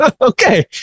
Okay